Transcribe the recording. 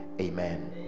amen